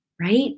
right